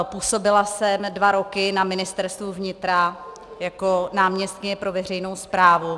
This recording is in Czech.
Působila jsem dva roky na Ministerstvu vnitra jako náměstkyně pro veřejnou správu.